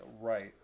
right